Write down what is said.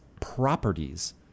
properties